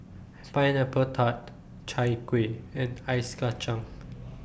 Pineapple Tart Chai Kueh and Ice Kacang